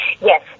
Yes